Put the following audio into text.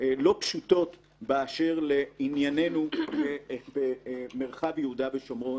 לא פשוטות באשר לענייננו במרחב יהודה ושומרון,